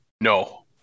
No